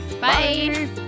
Bye